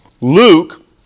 Luke